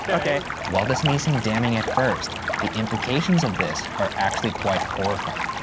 ah okay. while this may seem damning at first, the implications of this are actually quite horrifying.